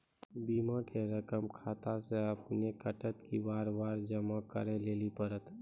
बीमा के रकम खाता से अपने कटत कि बार बार जमा करे लेली पड़त?